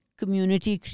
community